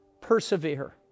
Persevere